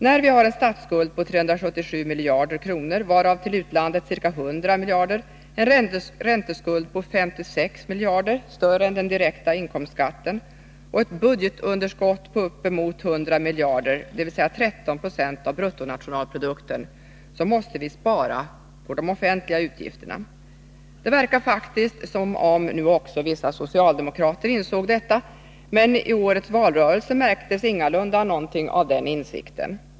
När vi har en statsskuld på 377 miljarder kronor, varav till utlandet ca 100 miljarder kronor, en ränteskuld på 56 miljarder kronor, större än den direkta inkomstskatten och ett budgetunderskott på uppemot 100 miljarder kronor, dvs. 13 20 av BNP, måste vi spara på de offentliga utgifterna. Det verkar faktiskt som om nu också vissa socialdemokrater insåg detta, men i den senaste valrörelsen märktes ingalunda något av denna insikt.